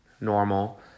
normal